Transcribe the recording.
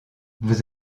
vous